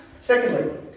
Secondly